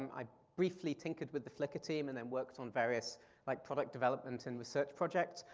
i briefly tinkered with the flickr team and then worked on various like product development and research projects.